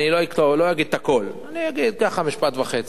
אני לא אגיד את הכול, אני אגיד, ככה, משפט וחצי: